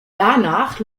danach